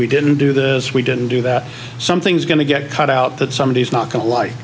we didn't do this we didn't do that something's going to get cut out that somebody is not go